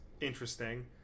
interesting